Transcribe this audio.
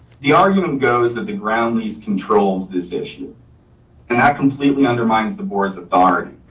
the argument goes that the ground lease controls this issue and that completely undermines the board's authority.